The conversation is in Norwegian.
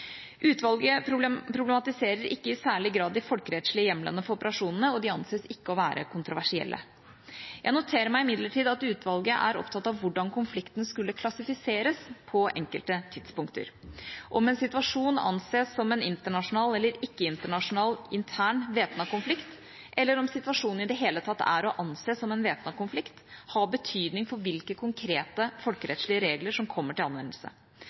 Utvalget problematiserer ikke i særlig grad de folkerettslige hjemlene for operasjonene, og de anses ikke å være kontroversielle. Jeg noterer meg imidlertid at utvalget er opptatt av hvordan konflikten skulle klassifiseres på enkelte tidspunkter. Om en situasjon anses som en internasjonal eller ikke-internasjonal intern væpnet konflikt, eller om situasjonen i det hele tatt er å anse som en væpnet konflikt, har betydning for hvilke konkrete folkerettslige regler som kommer til anvendelse.